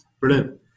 Brilliant